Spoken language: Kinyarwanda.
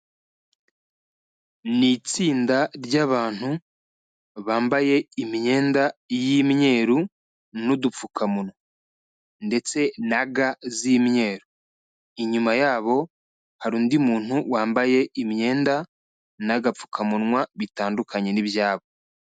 Ni itsinda ry'abantu bambaye imyenda y'imyeru n'udupfukamunwa ndetse na ga z'imyeru. Inyuma yabo, hari undi muntu wambaye imyenda n'agapfukamunwa bitandukanye n'ibyabo.